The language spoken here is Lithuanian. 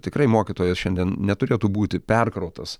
tikrai mokytojas šiandien neturėtų būti perkrautas